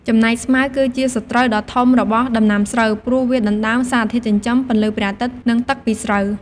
ចំណែកស្មៅគឺជាសត្រូវដ៏ធំរបស់ដំណាំស្រូវ ព្រោះវាដណ្ដើមសារធាតុចិញ្ចឹម ពន្លឺព្រះអាទិត្យ និងទឹកពីស្រូវ។